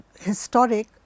historic